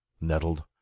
nettled